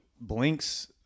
Blink's